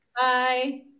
bye